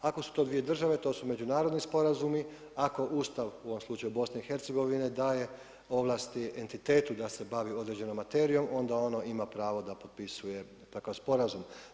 Ako su to dvije države, to su međunarodni sporazumi, ako Ustav u ovom slučaju BiH-a daje ovlasti entitetu da se bavi određenom materijom onda ono ima pravo da potpisuje takav sporazum.